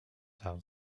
town